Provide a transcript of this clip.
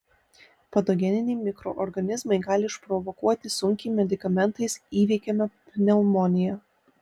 patogeniniai mikroorganizmai gali išprovokuoti sunkiai medikamentais įveikiamą pneumoniją